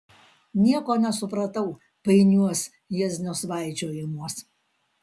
nieko nesupratau painiuos jieznio svaičiojimuos